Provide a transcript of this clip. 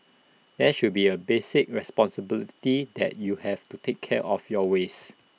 there should be A basic responsibility that you have to take care of your waste